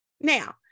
Now